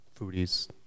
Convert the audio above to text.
foodies